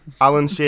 Alan